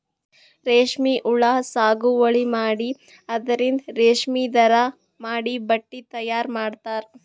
ರೇಶ್ಮಿ ಹುಳಾ ಸಾಗುವಳಿ ಮಾಡಿ ಅದರಿಂದ್ ರೇಶ್ಮಿ ದಾರಾ ಮಾಡಿ ಬಟ್ಟಿ ತಯಾರ್ ಮಾಡ್ತರ್